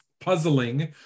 puzzling